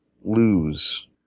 lose